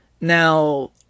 Now